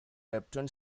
repton